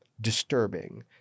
disturbing